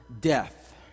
death